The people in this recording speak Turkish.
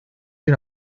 bir